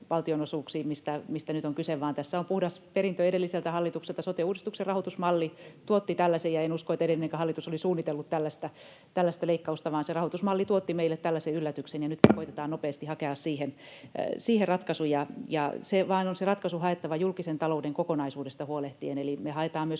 valtionosuuksiin, mistä nyt on kyse, vaan tässä on puhdas perintö edelliseltä hallitukselta. Sote-uudistuksen rahoitusmalli tuotti tällaisen, ja en usko, että edellinenkään hallitus oli suunnitellut tällaista leikkausta, vaan se rahoitusmalli tuotti meille tällaisen yllätyksen. Nyt koetetaan nopeasti hakea siihen ratkaisuja, ja se ratkaisu vaan on haettava julkisen talouden kokonaisuudesta huolehtien, eli me samalla